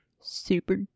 Super